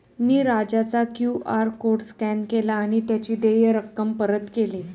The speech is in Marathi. मी राजाचा क्यू.आर कोड स्कॅन केला आणि त्याची देय रक्कम परत केली